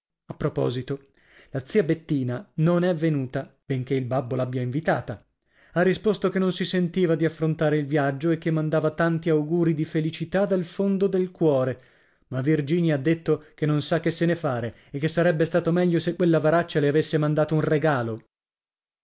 a proposito la zia bettina non è venuta benché il babbo l'abbia invitata ha risposto che non si sentiva di affrontare il viaggio e che mandava tanti augurii di felicità dal fondo del cuore ma virginia ha detto che non sa che se ne fare e che sarebbe stato meglio se quellavaraccia le avesse mandato un regalo